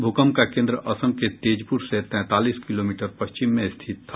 भूकम्प का केंद्र असम के तेजपुर से तैंतालीस किलोमीटर पश्चिम में स्थित था